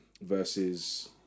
versus